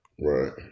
right